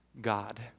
God